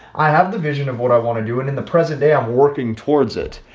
i have the vision of what i want to do. and in the present day i'm working towards it.